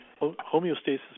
Homeostasis